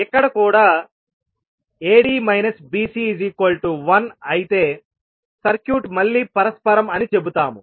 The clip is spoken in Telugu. ఇక్కడ కూడా ad bc1 అయితే సర్క్యూట్ మళ్ళీ పరస్పరం అని చెబుతాము